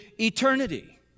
eternity